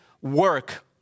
work